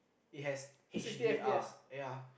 it has H_D_R ya